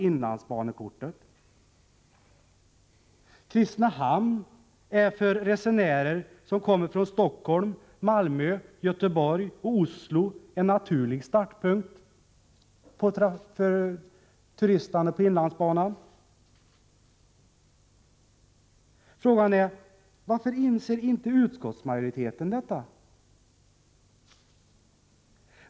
inlandsbanekortet. Kristinehamn är för resenärer som kommer från Stockholm, Malmö, Göteborg och Oslo en naturlig startpunkt för turistande på inlandsbanan. Frågan är: Varför inser inte utskottsmajoriteten detta?